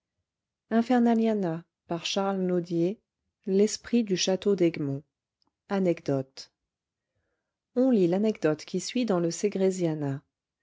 l'esprit du château d'egmont anecdote on lit l'anecdote qui suit dans le